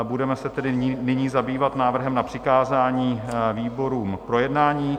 Budeme se tedy nyní zabývat návrhem na přikázání výborům k projednání.